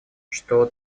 что